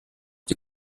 die